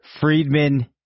Friedman